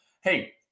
hey